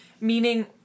Meaning